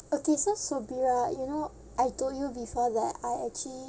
a thesis would be like you know I told you before that I actually